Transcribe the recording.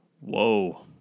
Whoa